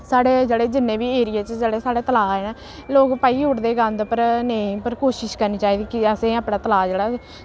साढ़े जेह्ड़े जिन्ने बी एरिये च जेह्ड़े साढ़े तलाऽ ऐं लोक पाई उड़दे गंद पर नेईं पर कोशिश करनी चाहिदी कि असें अपना तलाऽ जेह्ड़ा